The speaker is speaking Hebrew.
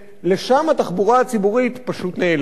לשם התחבורה הציבורית פשוט נעלמת.